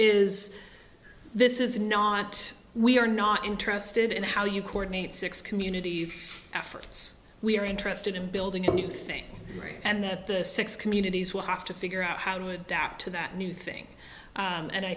is this is not we're not interested in how you coordinate six community's efforts we're interested in building a new thing and that the six communities will have to figure out how to adapt to that new thing and i